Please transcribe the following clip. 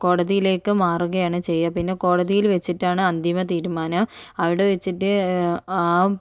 കോടതിയിലേക്ക് മാറുകയാണ് ചെയ്യുക പിന്നെ കോടതിയിൽ വെച്ചിട്ടാണ് അന്തിമ തീരുമാനം ഇവിടെ വച്ചിട്ട് ആവും